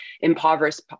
impoverished